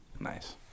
Nice